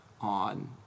on